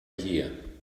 year